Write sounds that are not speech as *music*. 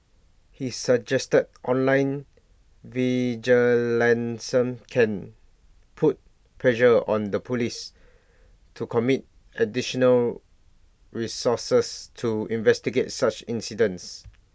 he suggested online *unintelligible* can put pressure on the Police to commit additional resources to investigate such incidents